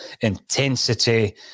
intensity